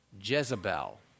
Jezebel